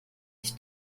ich